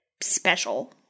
special